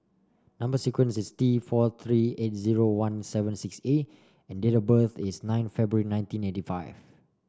number sequence is T four three eight zero one seven six A and date of birth is nine February nineteen eighty five